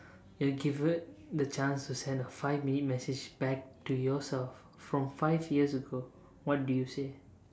you're given the chance to send a five minute message back to yourself from five years ago what do you say